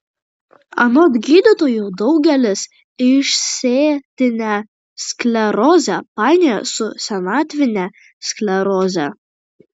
anot gydytojų daugelis išsėtinę sklerozę painioja su senatvine skleroze